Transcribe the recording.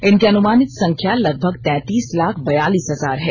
इनकी अनुमानित संख्या लगभग तैंतीस लाख बयालीस हजार है